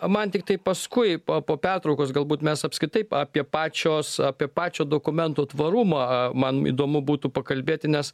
man tiktai paskui po po pertraukos galbūt mes apskritai apie pačios apie pačio dokumento tvarumą man įdomu būtų pakalbėti nes